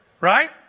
Right